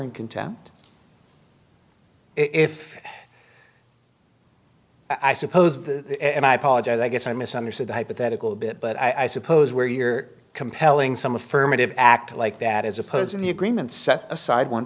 in contempt if i suppose and i apologize i guess i misunderstood the hypothetical bit but i suppose where you're compelling some affirmative act like that is opposing the agreement set aside one